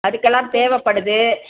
அதுக்கெல்லாம் தேவைப்படுது